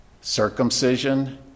circumcision